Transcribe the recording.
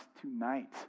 tonight